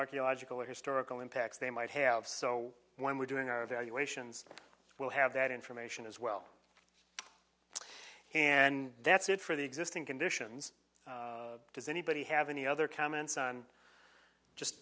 archaeological historical impacts they might have so when we're doing our evaluations we'll have that information as well and that's it for the existing conditions does anybody have any other comments on just